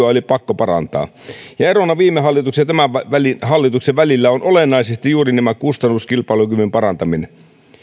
oli pakko parantaa erona viime hallituksen ja tämän hallituksen välillä on olennaisesti juuri tämä kustannuskilpailukyvyn parantaminen